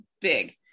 big